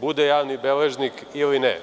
bude javni beležnik ili ne.